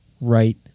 right